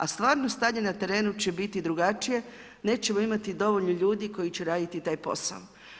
A stvarno stanje na terenu će biti drugačije, nećemo imati dovoljno ljudi koji će raditi taj posao.